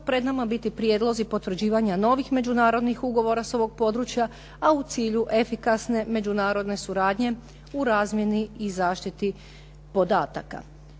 pred nama biti prijedlozi potvrđivanja novih međunarodnih ugovora s ovog područja, a u cilju efikasne međunarodne suradnje u razmjeni i zaštiti podataka.